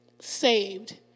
saved